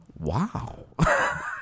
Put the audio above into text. wow